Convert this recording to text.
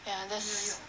yeah that's